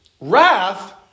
wrath